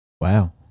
Wow